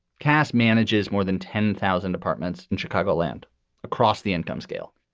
cass manages more than ten thousand apartments in chicago, land across the income scale.